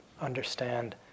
understand